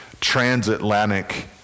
transatlantic